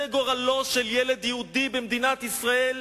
זה גורלו של ילד יהודי במדינת ישראל?